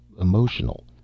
emotional